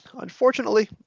Unfortunately